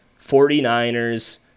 49ers